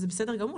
וזה בסדר גמור,